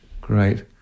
Great